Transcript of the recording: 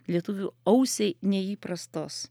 lietuvių ausiai neįprastos